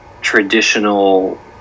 traditional